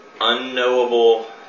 unknowable